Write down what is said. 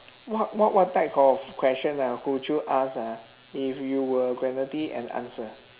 what what what type of question ah would you ask ah if you were guaranteed an answer